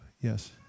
Yes